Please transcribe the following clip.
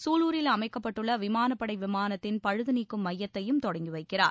சூலூரில் அமைக்கப்பட்டுள்ள விமானப்படை விமானத்தின் பழுது நீக்கம் னமயத்தையும் தொடங்கி வைக்கிறார்